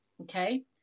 Okay